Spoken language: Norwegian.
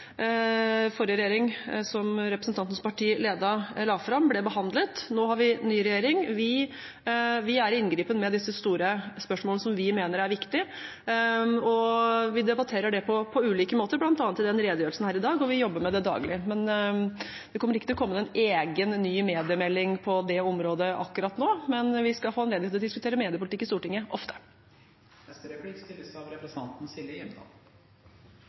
forrige regjering, som representantens parti ledet, la fram – ble behandlet. Nå har vi ny regjering. Vi er i inngripen med disse store spørsmålene, som vi mener er viktig, og vi debatterer det på ulike måter, bl.a. i denne redegjørelsen her i dag, og vi jobber med det daglig, men vi kommer ikke til å komme med en egen, ny mediemelding på det området akkurat nå. Men vi skal få anledning til å diskutere mediepolitikk i Stortinget